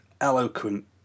eloquent